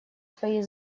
своей